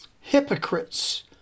Hypocrites